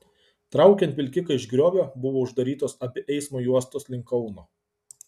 traukiant vilkiką iš griovio buvo uždarytos abi eismo juostos link kauno